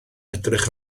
edrych